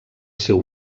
seu